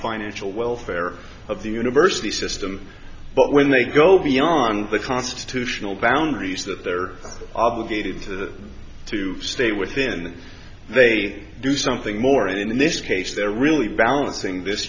financial welfare of the university system but when they go beyond the constitutional boundaries that they're obligated to to stay within they do something more in this case they're really balancing this